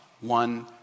one